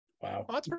wow